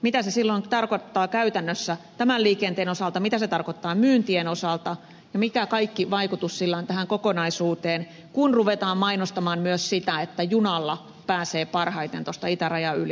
mitä se silloin tarkoittaa käytännössä tämän liikenteen osalta mitä se tarkoittaa myyntien osalta ja mikä kaikki vaikutus sillä on tähän kokonaisuuteen kun ruvetaan mainostamaan myös sitä että junalla pääsee parhaiten tuosta itärajan yli